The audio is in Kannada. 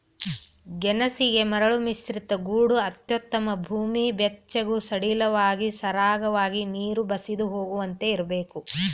ಗೆಣಸಿಗೆ ಮರಳುಮಿಶ್ರಿತ ಗೋಡು ಅತ್ಯುತ್ತಮ ಭೂಮಿ ಬೆಚ್ಚಗೂ ಸಡಿಲವಾಗಿ ಸರಾಗವಾಗಿ ನೀರು ಬಸಿದು ಹೋಗುವಂತೆ ಇರ್ಬೇಕು